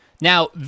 Now